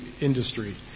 industry